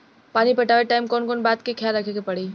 पानी पटावे टाइम कौन कौन बात के ख्याल रखे के पड़ी?